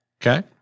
Okay